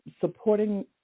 supporting